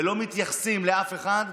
ולא מתייחסים לאף אחד.